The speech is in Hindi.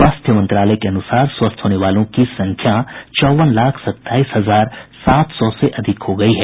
स्वास्थ्य मंत्रालय के अनुसार स्वस्थ होने वालों की संख्या चौवन लाख सत्ताईस हजार सात सौ से अधिक हो गई है